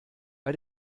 bei